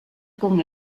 con